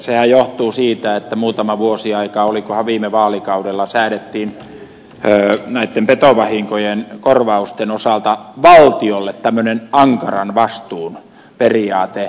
sehän johtuu siitä että muutama vuosi sitten olikohan viime vaalikaudella säädettiin näitten petovahinkojen korvausten osalta valtiolle tämmöinen ankaran vastuun periaate